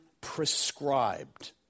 prescribed